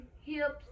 hips